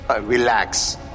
relax